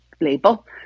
label